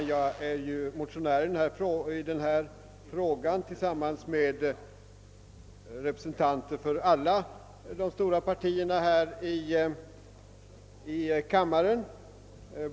Herr talman! Jag är motionär i denna fråga tillsammans med representanter för alla de stora partierna här i kammaren.